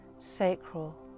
sacral